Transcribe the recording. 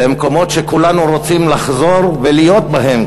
אלה מקומות שכולנו רוצים לחזור ולהיות בהם,